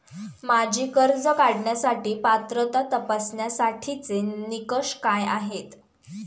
माझी कर्ज काढण्यासाठी पात्रता तपासण्यासाठीचे निकष काय आहेत?